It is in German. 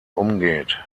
umgeht